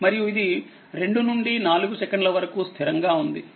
మరియుఇది 2 నుండి 4 సెకన్ల వరకు స్థిరంగా ఉంది